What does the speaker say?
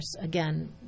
Again